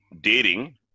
dating